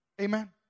Amen